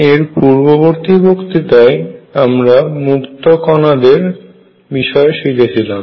এর পূর্ববর্তী বক্তৃতায় আমরা মুক্ত কণাদের বিষয়ে শিখেছিলাম